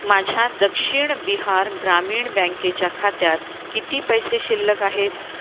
माझ्या दक्षिण बिहार ग्रामीण बँकेच्या खात्यात किती पैसे शिल्लक आहेत